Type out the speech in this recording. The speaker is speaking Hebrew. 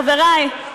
חברי,